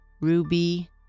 Ruby